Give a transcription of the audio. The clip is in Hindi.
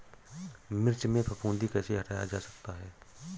मिर्च में फफूंदी कैसे हटाया जा सकता है?